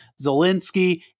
Zelensky